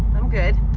i'm good.